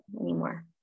anymore